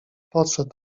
podszedł